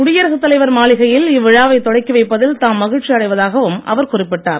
குடியரசுத் தலைவர் மாளிகையில் இவ்விழாவை தொடக்கி வைப்பதில் தாம் மகிழ்ச்சி அடைவதாகவும் அவர் குறிப்பிட்டார்